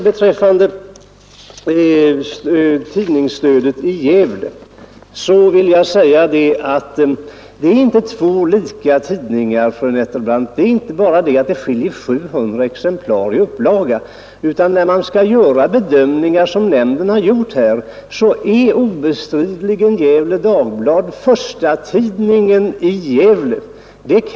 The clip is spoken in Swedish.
Beträffande tidningsstödet i Gävle vill jag säga att det inte är två likadana tidningar. Det är inte bara det att det skiljer 700 exemplar i upplaga. När man skall göra bedömningar, som nämnden har gjort här, är obestridligen Gefle Dagblad förstatidningen i Gävle.